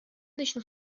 начну